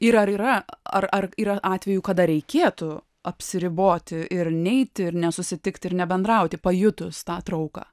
ir ar yra ar yra atvejų kada reikėtų apsiriboti ir neiti ir nesusitikti ir nebendrauti pajutus tą trauką